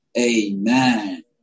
Amen